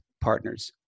partners